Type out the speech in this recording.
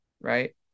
Right